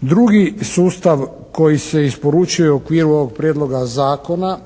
Drugi sustav koji se isporučuje u okviru ovog Prijedloga zakona